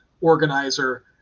organizer